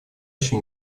еще